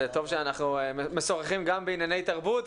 זה טוב שאנחנו משוחחים גם בענייני תרבות,